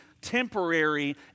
temporary